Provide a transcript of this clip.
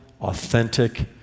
authentic